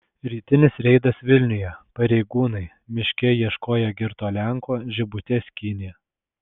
rytinis reidas vilniuje pareigūnai miške ieškoję girto lenko žibutes skynė